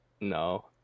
No